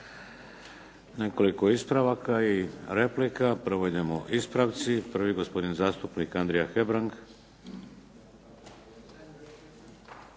Nekoliko ispravaka i replika. Prvo idemo ispravci. Prvi gospodin zastupnik Andrija Hebrang.